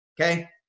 okay